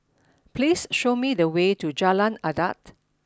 please show me the way to Jalan Adat